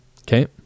Okay